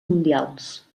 mundials